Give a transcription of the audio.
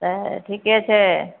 तऽ ठिके छै